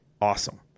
awesome